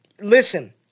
listen